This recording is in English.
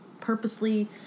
purposely